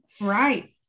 Right